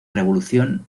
revolución